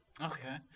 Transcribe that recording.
Okay